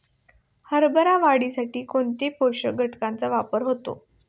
हरभरा वाढीसाठी कोणत्या पोषक घटकांचे वापर होतो?